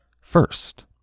First